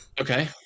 Okay